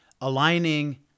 aligning